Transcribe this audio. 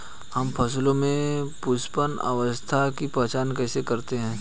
हम फसलों में पुष्पन अवस्था की पहचान कैसे करते हैं?